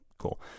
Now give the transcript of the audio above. Cool